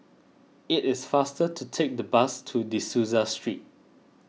it is faster to take the bus to De Souza Street